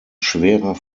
schwerer